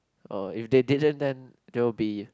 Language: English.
oh if they didn't then there will be